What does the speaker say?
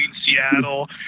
Seattle